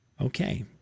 Okay